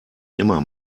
immer